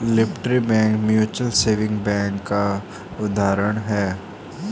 liberty bank mutual saving bank का उदाहरण है